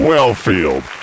Wellfield